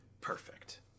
perfect